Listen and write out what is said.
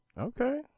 okay